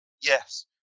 Yes